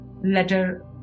letter